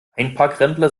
einparkrempler